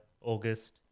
August